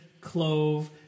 clove